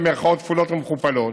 במירכאות כפולות ומכופלות,